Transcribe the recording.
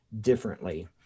differently